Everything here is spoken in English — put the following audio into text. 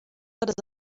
tablet